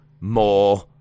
more